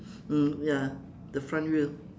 mm ya the front wheel